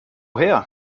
her